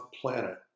planet